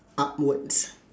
upwards